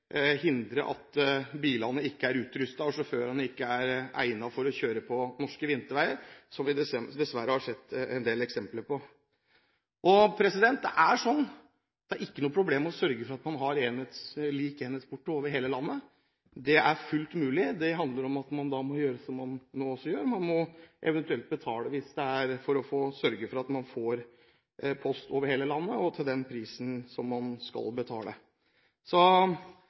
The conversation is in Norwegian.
hindre både ulovlig kabotasje og at bilene ikke er utrustet – og sjåførene ikke egnet – for å kjøre på norske vinterveier, som vi dessverre har sett en del eksempler på. Det er sånn at det ikke er noe problem å sørge for at man har lik enhetsporto over hele landet. Det er fullt mulig. Det handler om at man må gjøre som man nå også gjør: Man må eventuelt betale for å sørge for at man får post over hele landet, og til den prisen som man skal betale.